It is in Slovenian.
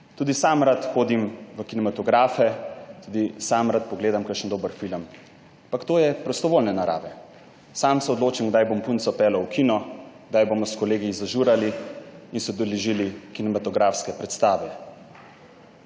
Tudi sam rad hodim v kinematografe, tudi sam rad pogledam, kakšen dober film. Ampak to je prostovoljne narave. Sam se odločim, kdaj bom punco peljal v kino, kdaj bomo s kolegi zažurali in se udeležili kinematografske predstave.